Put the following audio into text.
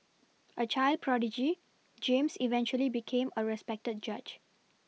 a child prodigy James eventually became a respected judge